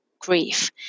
grief